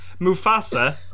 Mufasa